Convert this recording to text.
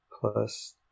plus